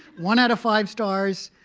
one out of five stars.